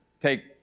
take